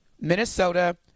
Minnesota